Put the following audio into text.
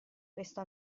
questo